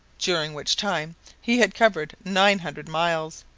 during which time he had covered nine hundred miles.